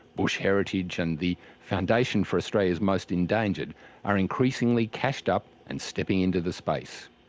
bush heritage and the foundation for australia's most endangered are increasingly cashed up and stepping into the space.